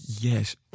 Yes